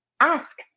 ask